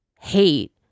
hate